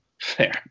fair